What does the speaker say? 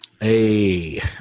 hey